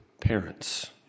parents